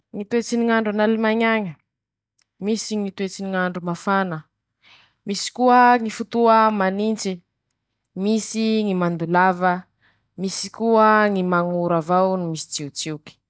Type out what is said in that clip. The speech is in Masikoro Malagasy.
Ñy toetsy ny ñ'andro an'Alimaiñy añe: Misy Ñy toetsy ny ñ'andro mafana, misy koa ñy fotoa manintse, misy ñy mando lava, misy koa ñy mañ'ora avao no mitsiotsioky.